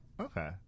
Okay